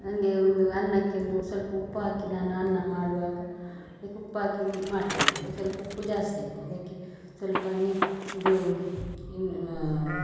ನನ್ಗೆ ಒಂದು ಅನ್ನಕ್ಕೆ ಒಂದು ಸ್ವಲ್ಪ ಉಪ್ಪು ಹಾಕಿ ನಾನು ಅನ್ನ ಮಾಡುವಾಗ ಅದಕ್ಕೆ ಉಪ್ಪು ಹಾಕಿ ಮಾಡ್ತೇನೆ ಅದಕ್ಕೆ ಸ್ವಲ್ಪ ಉಪ್ಪು ಜಾಸ್ತಿ ಆಯಿತು ಅದಕ್ಕೆ ಸ್ವಲ್ಪ ನಿ ಇದು ಇನ್ನು